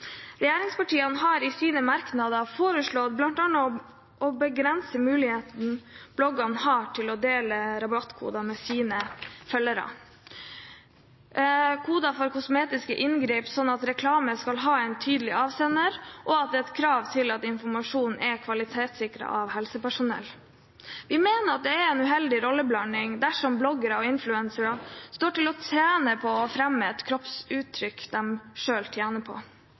Regjeringspartiene har i sine merknader bl.a. foreslått å begrense muligheten bloggerne har til å dele rabattkoder med sine følgere – koder for kosmetiske inngrep – sånn at reklamen skal ha en tydelig avsender, og at det er et krav om at informasjonen er kvalitetssikret av helsepersonell. Vi mener det er en uheldig rolleblanding dersom bloggere og influencere fremmer et kroppsuttrykk de selv tjener på.